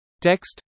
text